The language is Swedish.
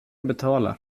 betala